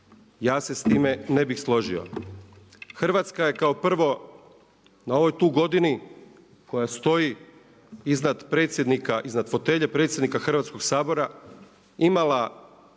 Ja se s time ne bih složio. Hrvatska je kao prvo na ovoj tu godini koja stoji iznad predsjednika, iznad fotelje predsjednika Hrvatskog sabora imala